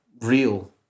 real